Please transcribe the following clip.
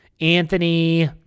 Anthony